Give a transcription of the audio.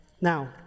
Now